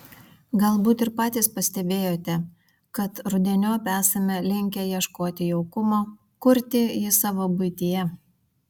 galbūt ir patys pastebėjote kad rudeniop esame linkę ieškoti jaukumo kurti jį savo buityje